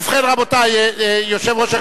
אדוני היושב-ראש,